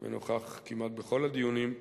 ונוכח כמעט בכל הדיונים,